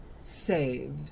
saved